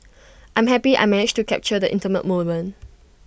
I'm happy I managed to capture the intimate moment